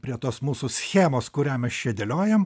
prie tos mūsų schemos kurią mes čia dėliojam